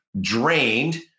drained